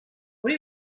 what